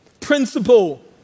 Principle